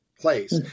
place